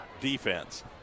defense